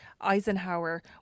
Eisenhower